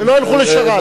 שלא ילכו לשר"פ.